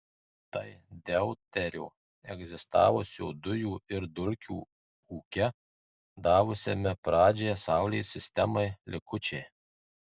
tai deuterio egzistavusio dujų ir dulkių ūke davusiame pradžią saulės sistemai likučiai